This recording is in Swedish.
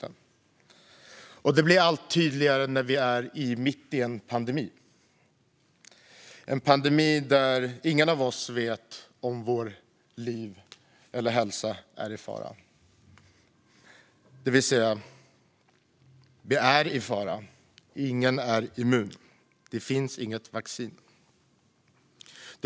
Det blir allt tydligare när vi är mitt i en pandemi, en pandemi där ingen av oss vet om vårt liv eller vår hälsa är i fara. Men vi är i fara, för ingen är immun och det finns inget vaccin.